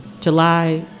July